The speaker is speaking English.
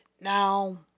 Now